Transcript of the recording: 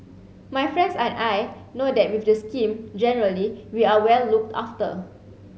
my friends and I know that with the scheme generally we are well looked after